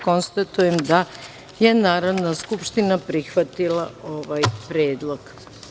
Konstatujem da je Narodna skupština prihvatila ovaj predlog.